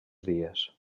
dies